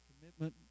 commitment